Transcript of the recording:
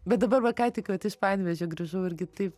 bet dabar va ką tik vat iš panevėžio grįžau irgi taip